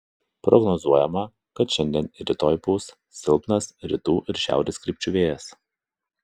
prognozuojama kad šiandien ir rytoj pūs silpnas rytų ir šiaurės krypčių vėjas